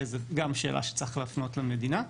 זו גם שאלה שצריך להפנות למדינה.